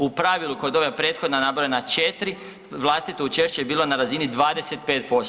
U pravilo kod ova prethodno nabrojena 4 vlastito učešće je bilo na razini 25%